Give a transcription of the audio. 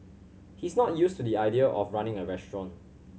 he's not used to the idea of running a restaurant